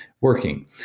working